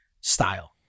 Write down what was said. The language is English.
style